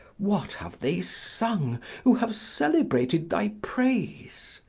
what have they sung who have celebrated thy praise